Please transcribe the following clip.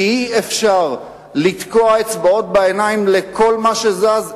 כי אי-אפשר לתקוע אצבעות בעיניים לכל מה שזז,